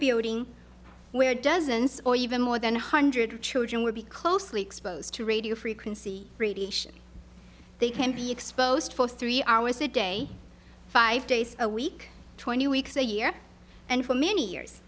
building where dozens or even more than one hundred children would be closely exposed to radio frequency radiation they can be exposed for three hours a day five days a week twenty weeks a year and for many years